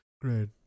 Great